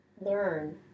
learn